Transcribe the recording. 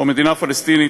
או מדינה פלסטינית,